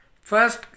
first